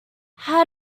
how